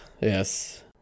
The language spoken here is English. yes